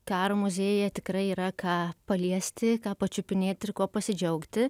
karo muziejuje tikrai yra ką paliesti ką pačiupinėti ir kuo pasidžiaugti